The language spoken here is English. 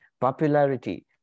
popularity